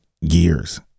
years